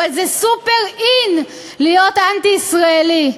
אבל זה סוּפר in להיות אנטי-ישראלי.